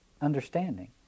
understanding